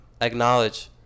acknowledge